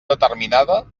determinada